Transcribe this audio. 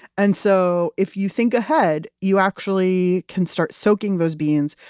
and so if you think ahead, you actually can start soaking those beans,